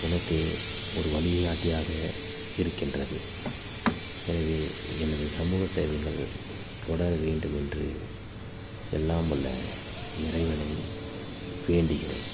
எனக்கு ஒரு வழிகாட்டியாக இருக்கின்றது எனவே எனது சமூகசேவைகள் தொடரவேண்டும் என்று எல்லாம் வல்ல இறைவனை வேண்டுகிறேன்